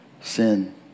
sin